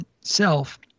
self